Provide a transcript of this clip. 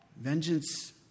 Vengeance